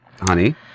Honey